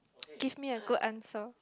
give me a good answer